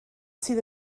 sydd